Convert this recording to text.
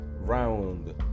round